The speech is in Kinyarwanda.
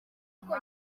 agiye